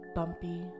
bumpy